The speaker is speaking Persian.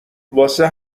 واسه